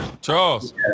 Charles